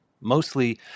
Mostly